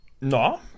no